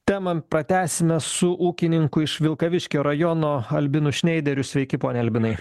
temą pratęsime su ūkininku iš vilkaviškio rajono albinu šneideriu sveiki pone albinai